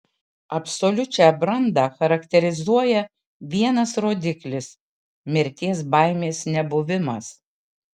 absoliučią brandą charakterizuoja vienas rodiklis mirties baimės nebuvimas